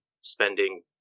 spending